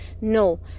no